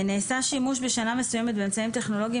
(ב) נעשה שימוש בשנה מסוימת באמצעים טכנולוגיים